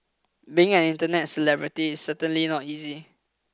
being an internet celebrity is certainly not easy